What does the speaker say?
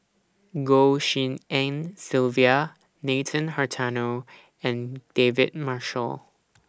Goh Tshin En Sylvia Nathan Hartono and David Marshall